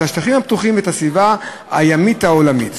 את השטחים הפתוחים ואת הסביבה הימית העולמית.